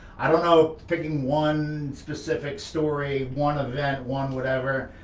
i don't know, picking one specific story, one event, one whatever,